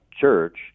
church